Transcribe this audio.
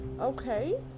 okay